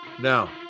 Now